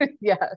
Yes